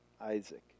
Isaac